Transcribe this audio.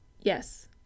Yes